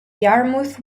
yarmouth